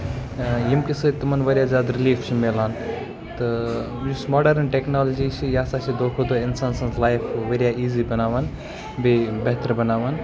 ییٚمہِ کہِ سۭتۍ تِمن واریاہ زیادٕ رِلیٖف چھُ میلان تہٕ یُس یہِ ماڈٲرٕنۍ ٹیکنولی چھُ یہِ سا چھِ دۄہ کھۄتہٕ دۄہ اِنسان سٕنز لایف واریاہ ایزی بَناوان بیٚیہِ بہتر بَناوان